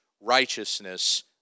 righteousness